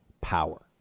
power